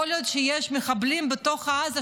יכול להיות שיש מחבלים בתוך עזה,